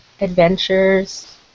adventures